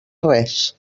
res